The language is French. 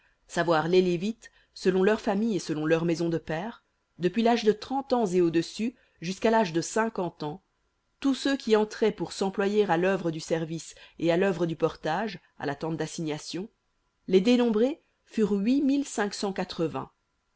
savoir les lévites selon leurs familles et selon leurs maisons de pères depuis l'âge de trente ans et au-dessus jusqu'à l'âge de cinquante ans tous ceux qui entraient pour s'employer à l'œuvre du service et à l'œuvre du portage à la tente dassignation les dénombrés furent